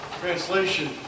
translation